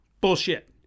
bullshit